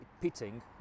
pitting